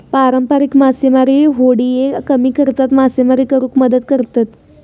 पारंपारिक मासेमारी होडिये कमी खर्चात मासेमारी करुक मदत करतत